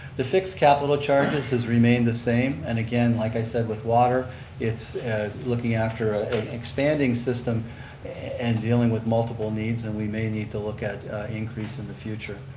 the fixed capital charges has remained the same and again, like i said, with water it's looking after ah an expanding system and dealing with multiple needs. and we may need to look at increase in the future.